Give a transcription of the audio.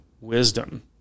wisdom